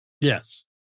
Yes